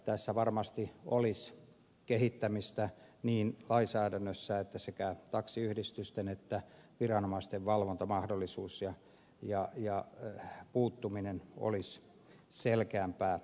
tässä varmasti olisi kehittämistä niin lainsäädännössä kuin taksiyhdistysten ja viranomaisten valvontamahdollisuuksissa jotta puuttuminen olisi selkeämpää